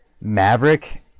Maverick